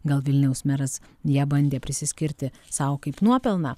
gal vilniaus meras ją bandė prisiskirti sau kaip nuopelną